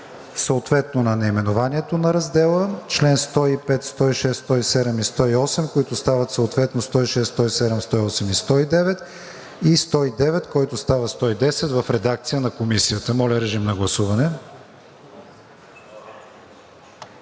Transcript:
съответно на наименованието на раздела; чл. 105, 106, 107 и 108, които стават съответно чл. 106, 107, 108 и 109; и чл. 109, който става чл. 110 в редакция на Комисията. Гласували